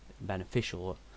Beneficial